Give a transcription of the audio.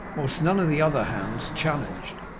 whilst none of the other hounds challenged.